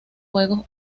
juegos